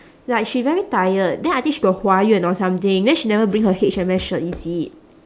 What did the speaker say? like she very tired then I think she got 华苑 or something then she never bring her H_M_S shirt is it